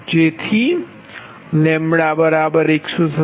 જેથી λ 117